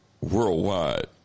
worldwide